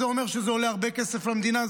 זה אומר שזה עולה הרבה כסף למדינה,